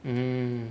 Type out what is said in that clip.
mm